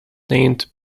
named